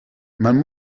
man